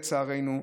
לצערנו.